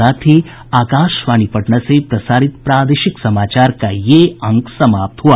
इसके साथ ही आकाशवाणी पटना से प्रसारित प्रादेशिक समाचार का ये अंक समाप्त हुआ